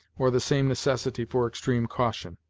or the same necessity for extreme caution.